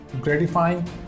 gratifying